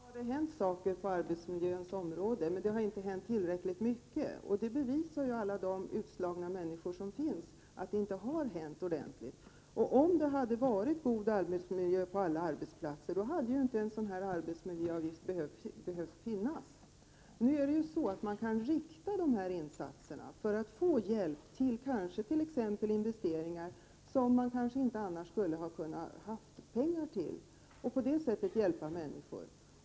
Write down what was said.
Herr talman! Visst har det hänt saker på arbetsmiljöns område, men det har inte hänt tillräckligt mycket; det bevisas ju av alla de utslagna människor som finns. Om det hade varit god miljö på alla arbetsplatser, hade ju inte en sådan här arbetsmiljöavgift behövt finnas. Nu kan man rikta insatserna för att få hjälp till exempelvis investeringar, som man kanske inte annars hade haft pengar till, och på det sättet hjälpa människor.